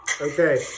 okay